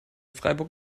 freiburg